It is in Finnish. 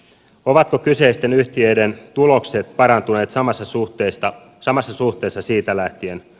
ovatko kyseisten yhtiöiden tulokset parantuneet samassa suhteessa siitä lähtien